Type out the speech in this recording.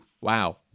wow